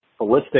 holistic